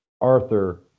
Arthur